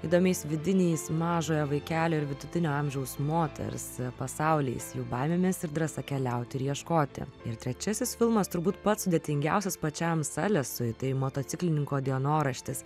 įdomiais vidiniais mažojo vaikelio ir vidutinio amžiaus moters pasauliais jų baimėmis ir drąsa keliauti ir ieškoti ir trečiasis filmas turbūt pats sudėtingiausias pačiam salesui tai motociklininko dienoraštis